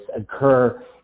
occur